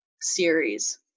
series